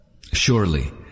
Surely